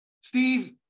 Steve